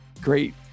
great